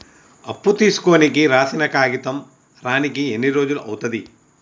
అప్పు తీసుకోనికి రాసిన కాగితం రానీకి ఎన్ని రోజులు అవుతది?